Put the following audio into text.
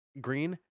green